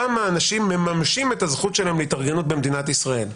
כמה אנשים מממשים את הזכות שלהם להתארגנות במדינת ישראל?